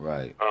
Right